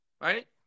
right